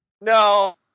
No